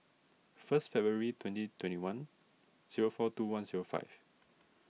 first February twenty twenty one zero four two one zero five